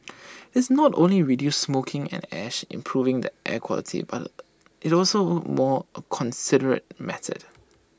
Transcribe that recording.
it's not only reduces smoking and ash improving the air quality but is also A more considerate method